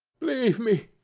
leave me!